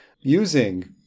using